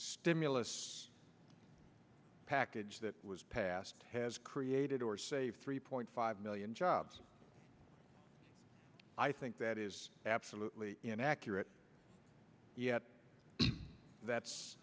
stimulus package that was passed has created or saved three point five million jobs i think that is absolutely inaccurate that's